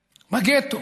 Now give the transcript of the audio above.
בגטו,